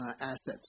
assets